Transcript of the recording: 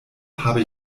habe